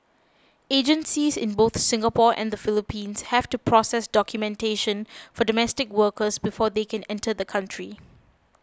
agencies in both Singapore and Philippines have to process documentation for domestic workers before they can enter the country